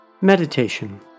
Meditation